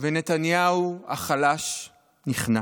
ונתניהו החלש נכנע.